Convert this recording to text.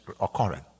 occurring